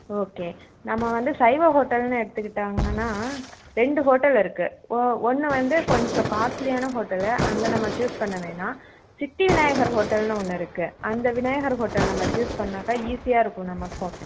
okay நம்ம வந்து சைவ ஹோட்டல்ன்னு எடுத்துக்கிட்டாங்கன்னா ரெண்டு ஹோட்டல் இருக்கு ஓ ஒன்று வந்து கொஞ்சம் காஸ்ட்லியான ஹோட்டலு அந்த நம்ம சூஸ் பண்ண வேணாம் சித்தி விநாயகர் ஹோட்டல்ன்னு ஒன்று இருக்கு அந்த விநாயகர் ஹோட்டல் நம்ம சூஸ் பண்ணாக்க ஈஸியாக இருக்கும் நமக்கும்